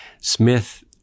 Smith